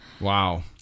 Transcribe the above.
Wow